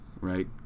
right